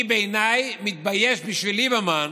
בעיניי, אני מתבייש בשביל ליברמן